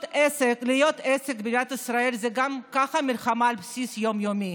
להיות עסק במדינת ישראל זה גם ככה מלחמה על בסיס יום-יומי,